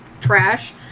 trash